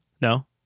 No